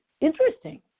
interesting